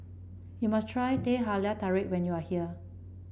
you must try Teh Halia Tarik when you are here